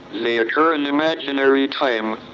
they occur in imaginary time,